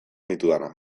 ditudana